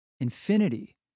infinity